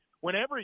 whenever